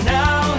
now